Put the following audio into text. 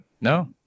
No